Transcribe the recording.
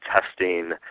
testing